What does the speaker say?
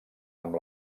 amb